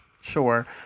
sure